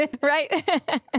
Right